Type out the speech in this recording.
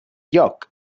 lloc